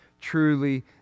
truly